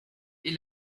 est